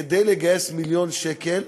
כדי לגייס מיליון שקל,